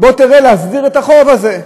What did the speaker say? בוא תראה להסדיר את החוב הזה,